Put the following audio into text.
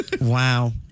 Wow